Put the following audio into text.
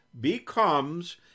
becomes